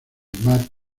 mad